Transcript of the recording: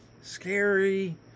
scary